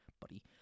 buddy